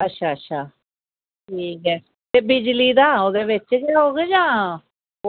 अच्छा अच्छा ठीक ऐ ते बिजली दा ओह्दे बिच गै होग जां